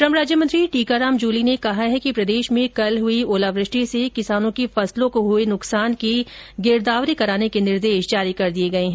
श्रम राज्यमंत्री टीकाराम जूली ने कहा कि प्रदेश में कल हुई ओलावृष्टि से किसानों की फसलों को हुए नुकसान की गिरदावरी कराने के निर्देश जारी कर दिए गए है